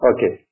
Okay